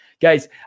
Guys